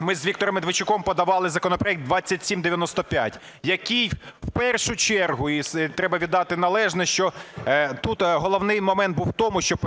ми з Віктором Медведчуком подавали законопроект 2795, який в першу чергу, і треба віддати належне, що тут головний момент був в тому, щоб